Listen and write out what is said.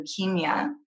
leukemia